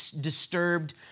disturbed